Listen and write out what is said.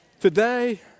Today